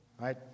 right